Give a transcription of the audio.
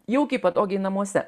jaukiai patogiai namuose